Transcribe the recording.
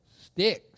sticks